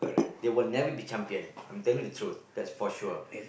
they will never be champion I'm telling you the truth that's for sure